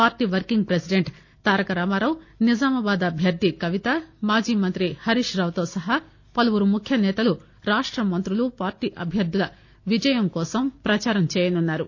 party working president Taraka Rama Rao Nizamabad అభ్యర్థి కవిత మాజీ మంత్రి హరీష్ రావు సహా పలువురు ముఖ్యనేతలు రాష్ట మంత్రులు పార్టీ అభ్యర్థుల విజయం కోసం ప్రదారం చేయనున్నారు